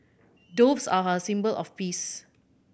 doves are a symbol of peace